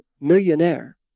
millionaire